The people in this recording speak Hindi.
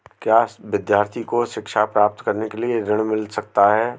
क्या विद्यार्थी को शिक्षा प्राप्त करने के लिए ऋण मिल सकता है?